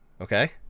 Okay